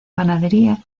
panadería